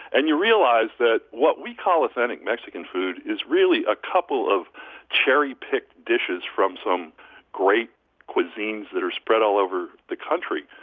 and you realize that what we call authentic mexican food is really a couple of cherry-picked dishes from some great cuisines that are spread all over the country